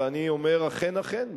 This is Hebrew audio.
ואני אומר: אכן אכן,